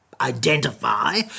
identify